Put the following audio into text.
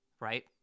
Right